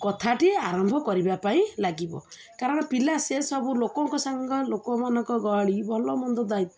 କଥାଟି ଆରମ୍ଭ କରିବା ପାଇଁ ଲାଗିବ କାରଣ ପିଲା ସେ ସବୁ ଲୋକଙ୍କ ସାଙ୍ଗ ଲୋକମାନଙ୍କ ଗହଳି ଭଲମନ୍ଦ ଦାୟିତ୍ୱ